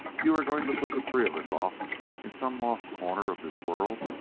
you are going to put the three of us off in some lost corner of this world